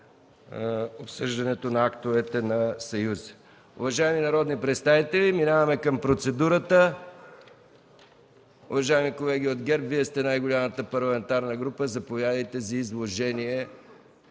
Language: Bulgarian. обсъждането на актовете на Съюза. Уважаеми народни представители, преминаваме към процедурата. Уважаеми колеги от ГЕРБ, Вие сте най-голямата парламентарна група. Заповядайте за изложение